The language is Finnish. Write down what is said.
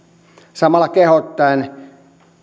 samalla kehottaen